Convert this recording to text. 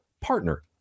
partner